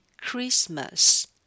Christmas